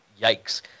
yikes